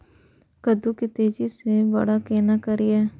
कद्दू के तेजी से बड़ा केना करिए?